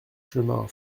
chemin